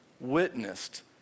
witnessed